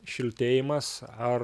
šiltėjimas ar